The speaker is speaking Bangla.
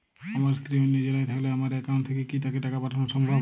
আমার স্ত্রী অন্য জেলায় থাকলে আমার অ্যাকাউন্ট থেকে কি তাকে টাকা পাঠানো সম্ভব?